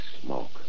smoke